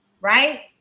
right